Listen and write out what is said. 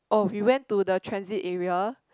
oh we went to the transit area